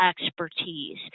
expertise